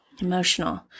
emotional